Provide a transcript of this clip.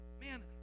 Man